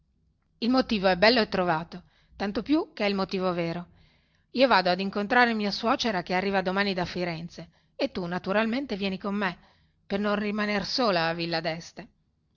il motivo è bello e trovato tanto più che è il motivo vero io vado ad incontrare mia suocera che arriva domani da firenze e tu naturalmente vieni con me per non rimaner sola a villa deste